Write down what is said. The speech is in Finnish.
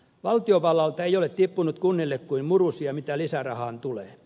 valtiovallalta ei ole tippunut kunnille kuin murusia mitä lisärahaan tulee